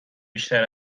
بیشتر